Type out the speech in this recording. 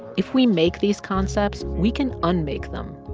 if we make these concepts, we can unmake them.